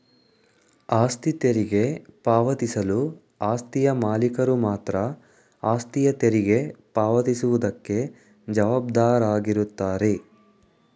ಆಸ್ತಿ ತೆರಿಗೆ ಪಾವತಿಸಲು ಆಸ್ತಿಯ ಮಾಲೀಕರು ಮಾತ್ರ ಆಸ್ತಿಯ ತೆರಿಗೆ ಪಾವತಿ ಸುವುದಕ್ಕೆ ಜವಾಬ್ದಾರಾಗಿರುತ್ತಾರೆ